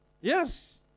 Yes